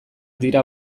dira